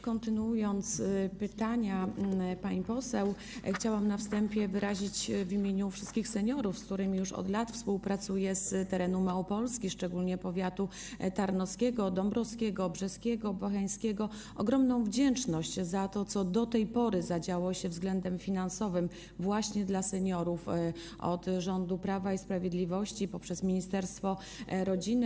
Kontynuując pytania pani poseł, chciałam na wstępie wyrazić w imieniu wszystkich seniorów, z którymi od lat współpracuję, z terenu Małopolski, szczególnie z powiatów tarnowskiego, dąbrowskiego, brzeskiego, bocheńskiego, ogromną wdzięczność za to, co do tej pory zadziało się pod względem finansowym dla seniorów od rządu Prawa i Sprawiedliwości poprzez ministerstwo rodziny.